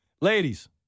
Ladies